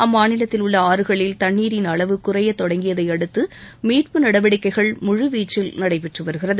அம்மாநிலத்தில் உள்ள ஆறுகளில் தண்ணீரின் அளவு குறைய தொடங்கியதையடுத்து மீட்பு நடவடிக்கைகள் முழு வீச்சில் நடைபெற்று வருகிறது